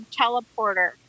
teleporter